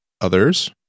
others